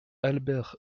albert